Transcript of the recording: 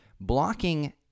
blocking